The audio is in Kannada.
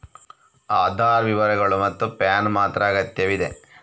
ಆಧಾರ್ ವಿವರಗಳು ಮತ್ತು ಪ್ಯಾನ್ ಮಾತ್ರ ಅಗತ್ಯವಿದೆ